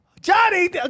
Johnny